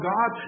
God